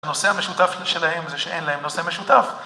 הנושא המשותף שלהם זה שאין להם נושא משותף.